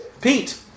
Pete